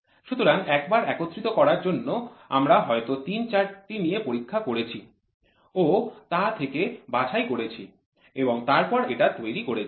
সুতরাং ১ বার একত্রিত করার জন্য আমরা হয়তো ৩ ৪ টি নিয়ে পরীক্ষা করেছি ও তা থেকে বাছাই করেছি এবং তারপর এটা তৈরি করেছি